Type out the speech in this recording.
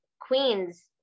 Queens